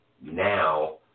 Now